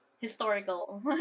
historical